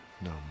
No